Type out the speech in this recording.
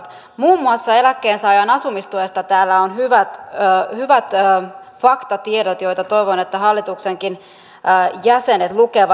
muun muassa eläkkeensaajan asumistuesta täällä on hyvät faktatiedot joita toivon että hallituksenkin jäsenet lukevat